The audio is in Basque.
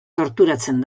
torturatzen